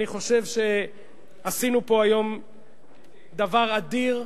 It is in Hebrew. אני חושב שעשינו פה היום דבר אדיר,